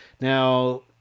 Now